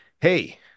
hey